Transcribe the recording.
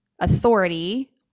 authority